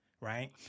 Right